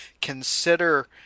Consider